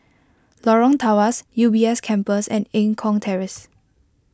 Lorong Tawas U B S Campus and Eng Kong Terrace